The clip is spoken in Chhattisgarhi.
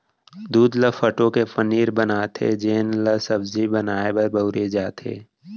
दूद ल फटो के पनीर बनाथे जेन ल सब्जी बनाए बर बउरे जाथे